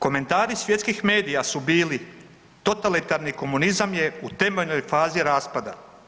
Komentari svjetskih medija su bili totalitarni komunizam je u temeljnoj fazi raspada.